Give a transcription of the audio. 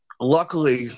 luckily